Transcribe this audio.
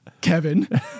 Kevin